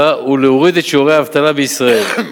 הוא להוריד את שיעורי האבטלה בישראל,